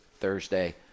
thursday